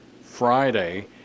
Friday